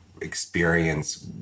experience